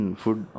food